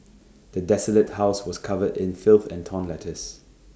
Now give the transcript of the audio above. the desolated house was covered in filth and torn letters